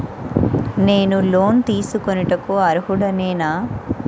నేను లోన్ తీసుకొనుటకు అర్హుడనేన?